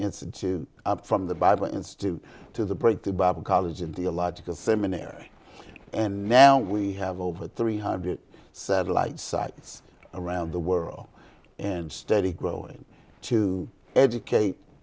institute up from the bible institute to the break to bible college and theological seminary and now we have over three hundred satellite sites around the world and study growing to educate